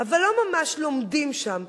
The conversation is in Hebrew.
אבל לא ממש לומדים שם.